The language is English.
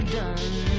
done